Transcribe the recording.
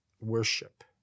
worship